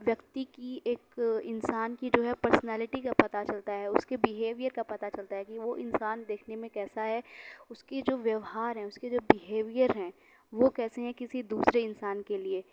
ویکتی کی ایک انسان کی جو ہے پرسنالٹی کا پتہ چلتا ہے اس کے بیہیویئر کا پتہ چلتا ہے کہ وہ انسان دیکھنے میں کیسا ہے اس کی جو وویہار ہیں اس کے جو بیہیوویئر ہیں وہ کیسے ہیں کسی دوسرے انسان کے لئے